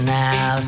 now